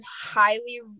highly